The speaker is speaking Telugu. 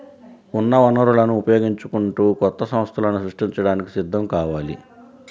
ఉన్న వనరులను ఉపయోగించుకుంటూ కొత్త సంస్థలను సృష్టించడానికి సిద్ధం కావాలి